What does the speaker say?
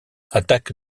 attaque